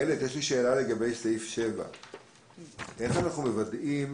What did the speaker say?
שאלה לגבי סעיף 7. איך אנחנו מוודאים